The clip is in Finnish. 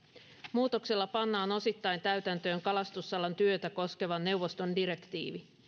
muutoksella pannaan osittain täytäntöön kalastusalan työtä koskeva neuvoston direktiivi